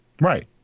right